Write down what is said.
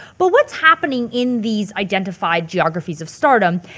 but what's happening in these identified geographies of stardom?